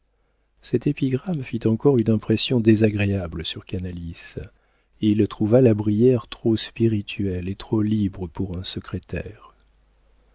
cette épigramme fit encore une impression désagréable sur canalis il trouva la brière trop spirituel et trop libre pour un secrétaire